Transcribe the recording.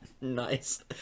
Nice